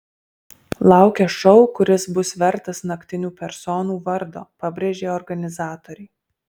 laukia šou kuris bus vertas naktinių personų vardo pabrėžė organizatoriai